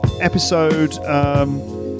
episode